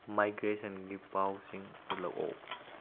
ꯃꯥꯏꯒ꯭ꯔꯦꯁꯟꯒꯤ ꯄꯥꯎꯁꯤꯡ ꯎꯠꯂꯛꯑꯣ